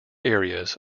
areas